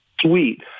sweet